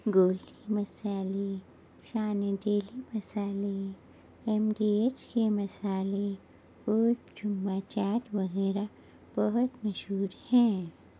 گولڈی مسالے شان دہلی مسالے M D H کے مسالے اور چوما چاٹ وغیرہ بہت مشہور ہیں